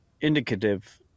indicative